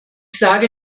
sage